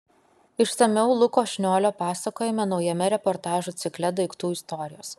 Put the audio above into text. išsamiau luko šniolio pasakojime naujame reportažų cikle daiktų istorijos